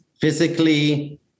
physically